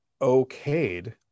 okayed